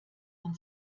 man